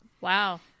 Wow